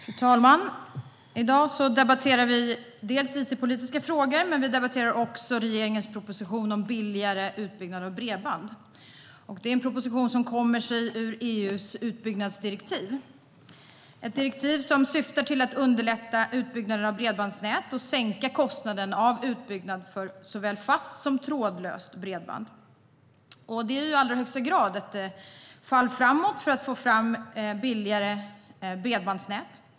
Fru talman! I dag debatterar vi dels it-politiska frågor, dels regeringens proposition om billigare utbyggnad av bredband. Det är en proposition som har sin grund i EU:s utbyggnadsdirektiv. Det är ett direktiv som syftar till att underlätta utbyggnaden av bredbandsnät och sänka kostnaden för utbyggnad av såväl fast som trådlöst bredband. Det är i allra högsta grad ett fall framåt för att få fram billigare bredbandsnät.